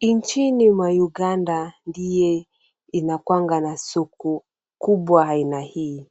Nchini mwa Uganda ndio inakuanga na soko kubwa aina hii.